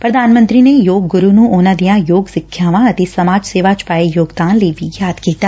ਪ੍ਰਧਾਨ ਮੰਤਰੀ ਨੇਂ ਯੋਗ ਗੁਰੂ ਨੂੰ ਉਨੂਂ ਦੀਆਂ ਯੋਗ ਸਿੱਖਿਆਵਾਂ ਅਤੇ ਸਮਾਜ ਸੇਵਾ ਚ ਪਾਏ ਯੋਗਦਾਨ ਲਈ ਵੀ ਯਾਦ ਕੀਤਾ